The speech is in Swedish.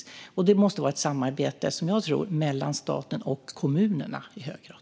Jag tror att det måste vara ett samarbete mellan staten och kommunerna, i hög grad.